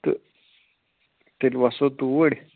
تہٕ تیٚلہِ وَسو توٗرۍ